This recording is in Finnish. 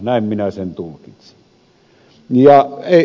näin minä sen tulkitsin